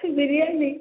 biryani